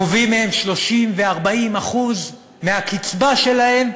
גובים מהם 30% ו-40% מהקצבה שלהם,